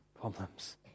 problems